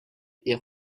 est